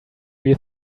you